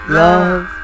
love